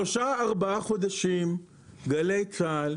שלושה-ארבעה חודשים גלי צה"ל,